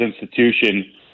institution